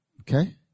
Okay